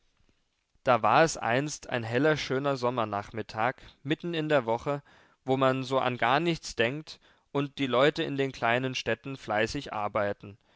da war es einst ein heller schöner sommernachmittag mitten in der woche wo man so an gar nichts denkt und die leute in den kleinen städten fleißig arbeiten